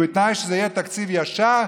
ובתנאי שזה יהיה תקציב ישר,